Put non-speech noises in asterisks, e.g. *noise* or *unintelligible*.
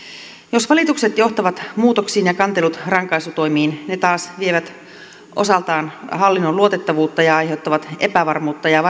jos valitukset johtavat muutoksiin ja kantelut rankaisutoimiin ne taas vievät osaltaan hallinnon luotettavuutta ja aiheuttavat epävarmuutta ja *unintelligible*